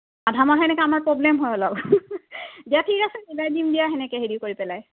আধামাহৰ এনেকৈ আমাৰ প্ৰব্লেম হয় অলপ দিয়া ঠিক আছে মিলাই দিম দিয়া সেনেকৈ হেৰি কৰি পেলাই